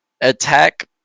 attack